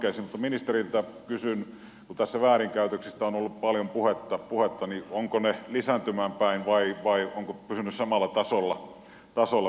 mutta ministeriltä kysyn kun tässä väärinkäytöksistä on ollut paljon puhetta ovatko väärinkäytökset lisääntymään päin vai ovatko ne pysyneet samalla tasolla